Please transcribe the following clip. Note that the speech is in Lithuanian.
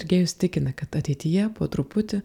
sergėjus tikina kad ateityje po truputį